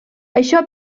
això